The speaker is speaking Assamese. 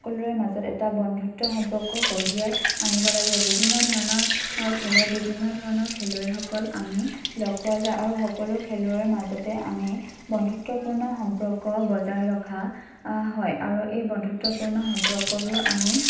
সকলোৰে মাজত এটা বন্ধুত্ব সম্পৰ্ক কঢ়িয়াই আনিব লাগে বিভিন্ন ধৰণৰ খেলত বিভিন্ন ধৰণৰ খেলুৱৈসকল আমি লগ পোৱা যায় আৰু সকলো খেলুৱৈৰ মাজতে আমি বন্ধুত্বপূৰ্ণ সম্পৰ্ক বজাই ৰখা হয় আৰু এই বন্ধুত্বপূৰ্ণ সম্পৰ্কবোৰ আমি